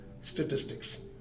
statistics